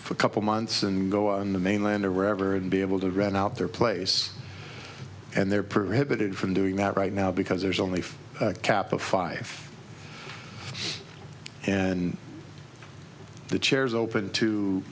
for a couple months and go on the mainland or wherever and be able to rent out their place and they're prohibited from doing that right now because there's only a cap of five and the chairs open to